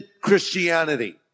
Christianity